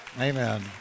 Amen